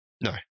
No